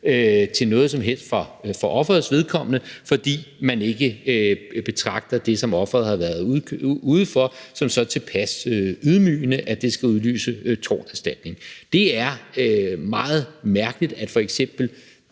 til noget som helst for offerets vedkommende, fordi man ikke betragter det, som ofret har været ude for, som så tilpas ydmygende, at det skal udløse torterstatning. Det er meget mærkeligt, at f.eks.